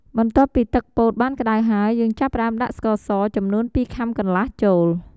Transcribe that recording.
បន្ទាប់ពីទឹកពោតបានក្ដៅហើយ យើងចាប់ផ្ដើមដាក់ស្ករស ចំនួន២ខាំកន្លះចូល។